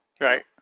Right